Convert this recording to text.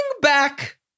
back